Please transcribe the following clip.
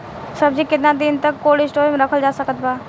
सब्जी केतना दिन तक कोल्ड स्टोर मे रखल जा सकत बा?